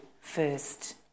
first